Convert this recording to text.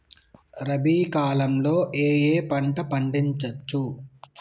రబీ కాలంలో ఏ ఏ పంట పండించచ్చు?